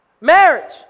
Marriage